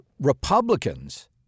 Republicans